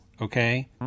okay